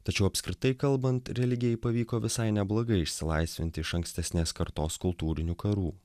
tačiau apskritai kalbant religijai pavyko visai neblogai išsilaisvinti iš ankstesnės kartos kultūrinių karų